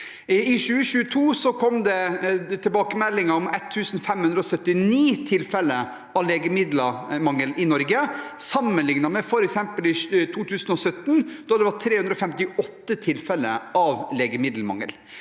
I 2022 kom det tilbakemeldinger om 1 579 tilfeller av legemiddelmangel i Norge, sammenlignet med f.eks. i 2017, da det var 358 tilfeller av legemiddelmangel.